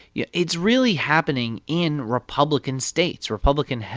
yeah it's really happening in republican states, republican,